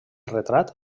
retrat